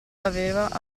aveva